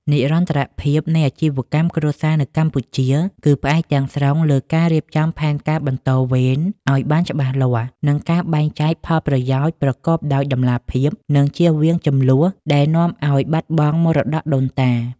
និរន្តរភាពនៃអាជីវកម្មគ្រួសារនៅកម្ពុជា គឺផ្អែកទាំងស្រុងលើការរៀបចំផែនការបន្តវេនឱ្យបានច្បាស់លាស់ និងការបែងចែកផលប្រយោជន៍ប្រកបដោយតម្លាភាព ដើម្បីចៀសវាងជម្លោះដែលនាំឱ្យបាត់បង់មរតកដូនតា។